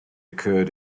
occurred